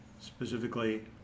Specifically